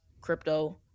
crypto